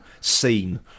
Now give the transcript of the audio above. scene